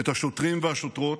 את השוטרים והשוטרות,